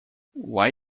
why